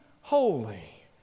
holy